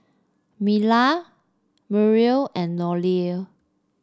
Mila Muriel and Nolie